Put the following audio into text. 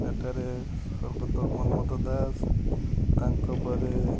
ଏଠାରେ ସ୍ଵର୍ଗତ ମନ୍ମଥ ଦାସ ତାଙ୍କ ପରେ